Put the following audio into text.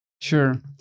Sure